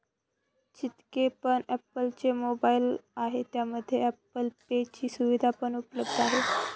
जितके पण ॲप्पल चे मोबाईल आहे त्यामध्ये ॲप्पल पे ची सुविधा पण उपलब्ध आहे